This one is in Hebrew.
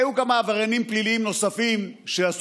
היו כמה עבריינים פליליים נוספים שעשו